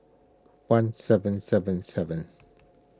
one seven seven seven